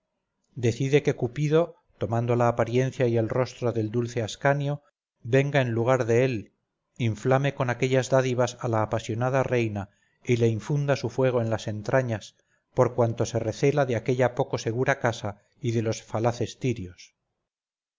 decide que cupido tomando la apariencia y el rostro del dulce ascanio venga en lugar de él inflame con aquellas dádivas a la apasionada reina y le infunda su fuego en las entrañas por cuanto se recela de aquella poco segura casa y de los falaces tirios